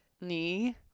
knee